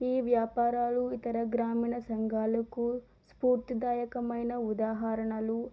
ఈ వ్యాపారాలు ఇతర గ్రామీణ సంఘాలుకు స్పూర్తిదాయకమైన ఉదాహరణలు